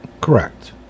Correct